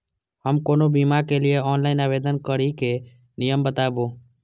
हम कोनो बीमा के लिए ऑनलाइन आवेदन करीके नियम बाताबू?